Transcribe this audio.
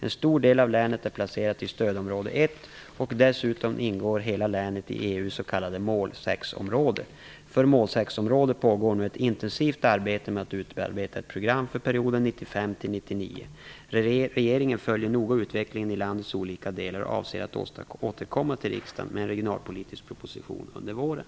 En stor del av länet är placerat i stödområde 1, och dessutom ingår hela länet i EU:s s.k. mål-6 område. För mål-6-området pågår nu ett intensivt arbete med att utarbeta ett program för perioden Regeringen följer noga utvecklingen i landets olika delar och avser att återkomma till riksdagen med en regionalpolitisk proposition under våren.